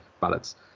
ballots